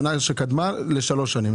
שנה שקדמה לשלוש שנים,